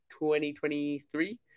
2023